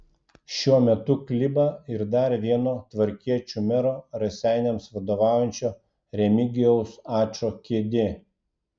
šiuo metu kliba ir dar vieno tvarkiečių mero raseiniams vadovaujančio remigijaus ačo kėdė